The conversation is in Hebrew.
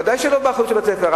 ודאי שלא באחריות של בית-ספר.